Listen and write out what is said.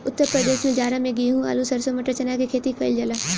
उत्तर प्रदेश में जाड़ा में गेंहू, आलू, सरसों, मटर, चना के खेती कईल जाला